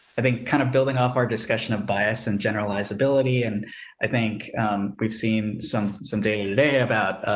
i think kind of building off our discussion of bias and generalizability and i think we've seen some some day today about,